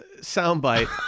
soundbite